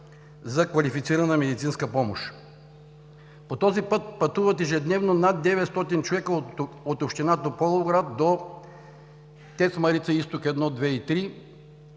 за квалифицирана медицинска помощ. По този път пътуват ежедневно над 900 човека от община Тополовград до ТЕЦ „Марица Изток“ – 1,